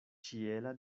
ĉiela